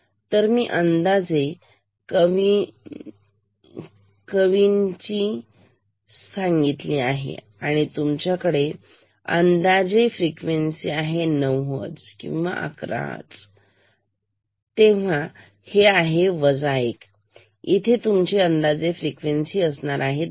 तर मी अंदाजे कवींची सांगितली आणि तुमच्याकडे अंदाजे फ्रिक्वेन्सी आहे 9 हर्ट्स किंवा 11 हर्ट्स तर तुमच्याकडे असेल अधिक 1 इथे तुमची अंदाजे फ्रिक्वेन्सी असेल 10